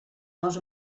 les